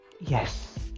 Yes